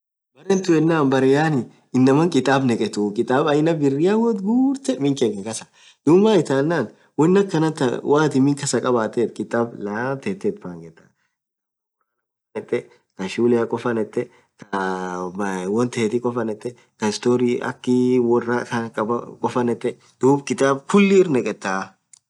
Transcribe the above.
Berre tun yenen beree inamaan kitaba nekhethu kitaba aina birrkun woth ghurthee miin kakhe kassa dhub maaana ithaenen won akhanatha won athin miin kassa khabathethe kitaba laan thethe itpangetha kashule khofa nethe khaa wonthethi khofaa nethe khaa stry akhi worrah khofa nethe dhub kitab khulii irnetha